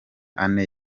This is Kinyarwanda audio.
ane